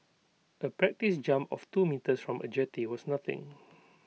A practise jump of two metres from A jetty was nothing